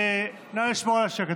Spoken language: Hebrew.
נא לשמור על השקט.